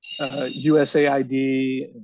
USAID